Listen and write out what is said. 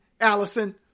Allison